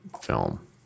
film